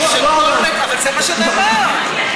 אבל זה מה שאתה אומר.